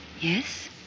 Yes